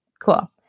Cool